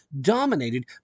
dominated